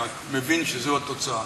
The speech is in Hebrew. אני רק מבין שזו התוצאה,